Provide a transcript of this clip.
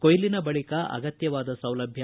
ಕೊಯ್ಲಿನ ಬಳಿಕ ಅಗತ್ಯವಾದ ಸೌಲಭ್ಯ